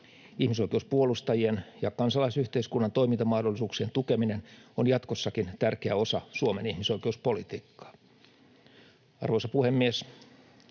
Ihmisoikeuspuolustajien ja kansalaisyhteiskunnan toimintamahdollisuuksien tukeminen on jatkossakin tärkeä osa Suomen ihmisoikeuspolitiikkaa. Arvoisa puhemies!